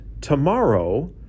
tomorrow